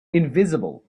invisible